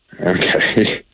Okay